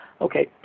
Okay